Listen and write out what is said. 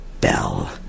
bell